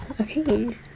Okay